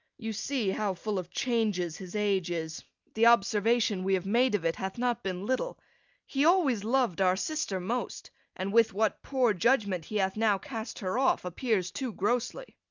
you see how full of changes his age is the observation we have made of it hath not been little he always loved our sister most and with what poor judgment he hath now cast her off appears too grossly.